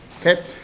Okay